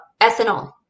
Ethanol